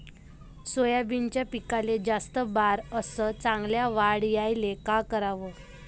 सोयाबीनच्या पिकाले जास्त बार अस चांगल्या वाढ यायले का कराव?